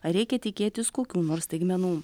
ar reikia tikėtis kokių nors staigmenų